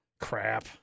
crap